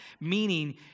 meaning